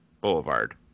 boulevard